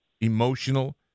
emotional